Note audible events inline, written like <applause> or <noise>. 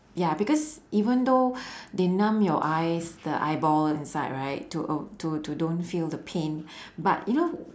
ya because even though <breath> they numb your eyes the eyeball inside right to to to don't feel the pain <breath> but you know